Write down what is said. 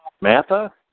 Matha